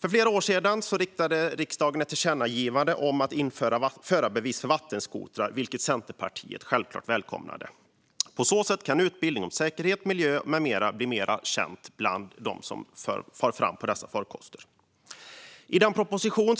För flera år sedan riktade riksdagen ett tillkännagivande till regeringen om att införa förarbevis för vattenskotrar, vilket Centerpartiet välkomnade. På så sätt kan utbildning om säkerhet, miljö med mera bli mer känd bland dem som far fram på dessa farkoster. I den proposition